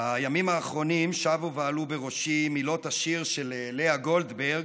בימים האחרונים שבו ועלו בראשי מילות השיר של לאה גולדברג: